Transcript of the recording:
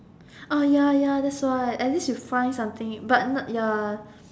oh ya ya that's why at least you find something but not ya